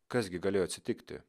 kas gi galėjo atsitikti